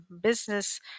business